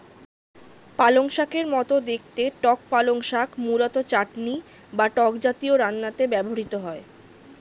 পালংশাকের মতো দেখতে টক পালং শাক মূলত চাটনি বা টক জাতীয় রান্নাতে ব্যবহৃত হয়